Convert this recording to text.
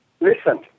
Listen